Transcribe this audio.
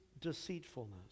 deceitfulness